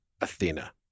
Athena